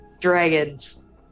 dragons